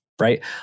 Right